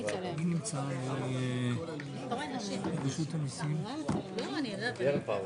היינו צריכים לקיים אותו כבר קודם,